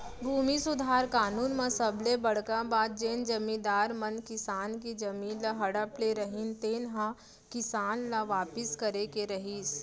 भूमि सुधार कानून म सबले बड़का बात जेन जमींदार मन किसान के जमीन ल हड़प ले रहिन तेन ह किसान ल वापिस करे के रहिस